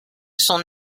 son